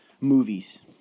movies